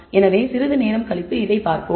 எனவே சிறிது நேரம் கழித்து இதைப் பார்ப்போம்